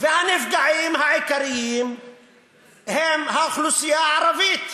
והנפגעים העיקריים הם האוכלוסייה הערבית.